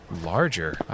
larger